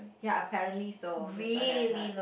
ya apparently so that's what I heard